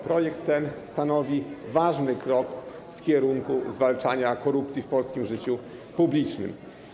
Projekt ten stanowi ważny krok w zakresie zwalczania korupcji w polskim życiu publicznym.